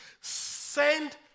send